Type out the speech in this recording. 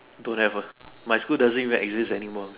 don't have ah my school doesn't even exist any more